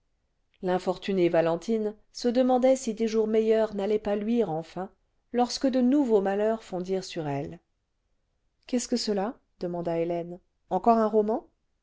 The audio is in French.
l'infortunée valentine se demandait si des jours meilleurs n'allaient pas luire enfin lorsque de nouveaux malheurs fondirent sur elle la salle de redaction qu'est-ce que cela demanda hélène encore un roman